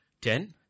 Ten